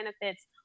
benefits